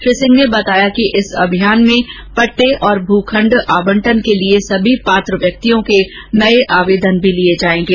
श्री सिंह ने बताया कि इस अभियान में पट्टे और भूखण्ड आवंटन के लिए सभी पात्र व्यक्तियों के नये आवेदन भी लिए जाएंगे